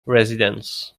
residents